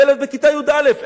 ילד בכיתה י"א,